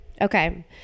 okay